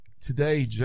today